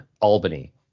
Albany